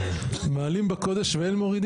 מעלים בקודש ואין מורידים.